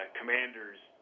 commander's